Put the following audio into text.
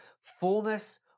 fullness